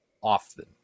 often